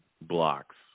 blocks